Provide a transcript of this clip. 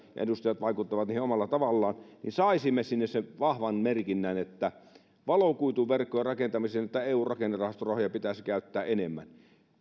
ja edustajat vaikuttavat niihin omalla tavallaan niin saisimme sinne sen vahvan merkinnän että valokuituverkkojen rakentamiseen näitä eun rakennerahastorahoja pitäisi käyttää enemmän